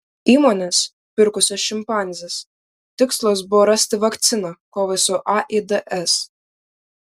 įmonės pirkusios šimpanzes tikslas buvo rasti vakciną kovai su aids